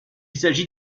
s’agit